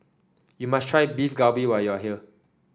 you must try Beef Galbi when you are here